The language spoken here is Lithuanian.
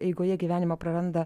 eigoje gyvenimo praranda